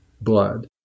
blood